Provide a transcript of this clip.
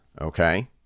Okay